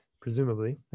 presumably